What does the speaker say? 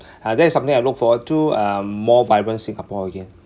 uh there is something I look forward to uh more vibrant singapore again